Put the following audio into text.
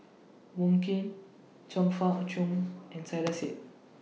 Wong Keen Chong Fah Cheong and Saiedah Said